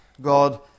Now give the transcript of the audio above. God